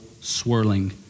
swirling